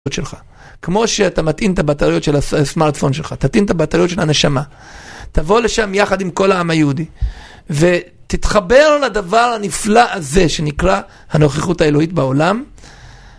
וכשלך. כמו שאתה מטעין את הבטריות של הס-סמארטפון שלך, תטעין את הבטריות של הנשמה. תבוא לשם יחד עם כל העם היהודי, ו-תתחבר לדבר הנפלא הזה שנקרא, הנוכחות האלוהית בעולם,